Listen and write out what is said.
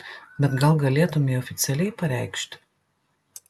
bet gal galėtumei oficialiai pareikšti